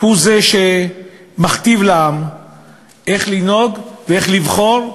הוא זה שמכתיב לעם איך לנהוג, ואיך לבחור,